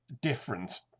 Different